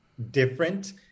different